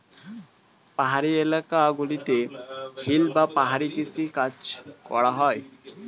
পাহাড়ি এলাকা গুলোতে হিল বা পাহাড়ি কৃষি কাজ করা হয়